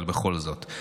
אבל בכל זאת.